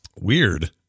Weird